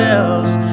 else